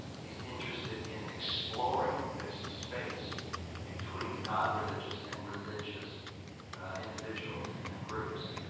he's interested in exploring this space between non-religious and religious individuals and groups,